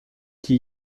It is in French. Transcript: qui